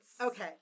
Okay